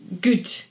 good